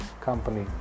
company